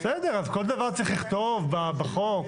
אז כל דבר צריך לכתוב בחוק?